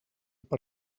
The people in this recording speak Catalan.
per